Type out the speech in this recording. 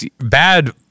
bad